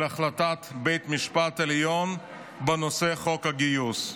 על החלטת בית המשפט העליון בנושא חוק הגיוס.